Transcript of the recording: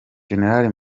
gen